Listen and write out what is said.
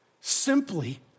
simply